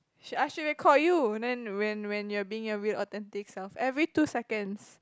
should I should've called you then when when when you're being your weird authentic self every two seconds